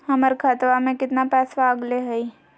हमर खतवा में कितना पैसवा अगले हई?